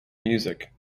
music